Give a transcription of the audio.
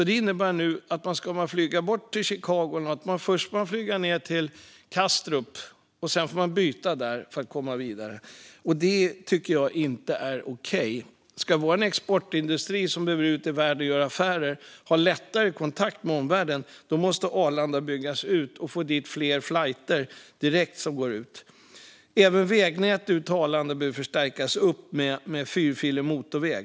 Det innebär nu att om man ska flyga till Chicago måste man först flyga ned till Kastrup och byta där för att komma vidare. Det tycker jag inte är okej. Ska vår exportindustri, som behöver ge sig ut i världen och göra affärer, lättare ha kontakt med omvärlden måste man bygga ut Arlanda och få dit fler flighter som går direkt. Även vägnätet till Arlanda behöver förstärkas med fyrfilig motorväg.